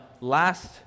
last